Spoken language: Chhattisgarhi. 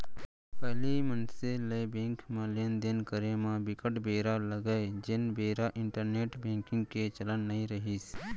पहिली मनसे ल बेंक म लेन देन करे म बिकट बेरा लगय जेन बेरा इंटरनेंट बेंकिग के चलन नइ रिहिस